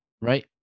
right